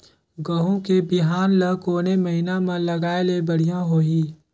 गहूं के बिहान ल कोने महीना म लगाय ले बढ़िया होही?